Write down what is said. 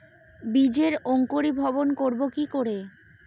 বীজের অঙ্কোরি ভবন করব কিকরে?